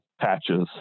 patches